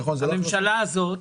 הממשלה הזאת,